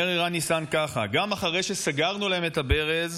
אומר ערן ניסן ככה: גם אחרי שסגרנו להם את הברז